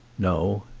no.